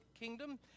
kingdom